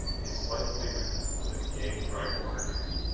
his slight figure, with a gay, tri-cornered hat.